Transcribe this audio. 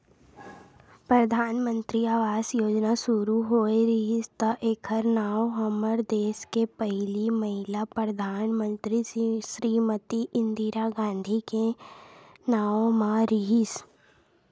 परधानमंतरी आवास योजना सुरू होए रिहिस त एखर नांव हमर देस के पहिली महिला परधानमंतरी श्रीमती इंदिरा गांधी के नांव म रिहिस